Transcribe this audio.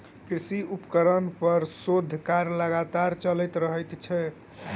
कृषि उपकरण पर शोध कार्य लगातार चलैत रहैत छै